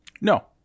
No